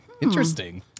interesting